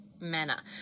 manner